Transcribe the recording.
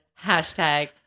hashtag